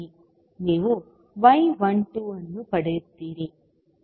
ನೀವು y12 ಅನ್ನು ಪಡೆಯುತ್ತೀರಿ